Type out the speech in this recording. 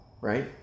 right